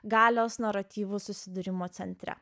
galios naratyvų susidūrimo centre